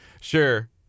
Sure